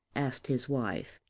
asked his wife.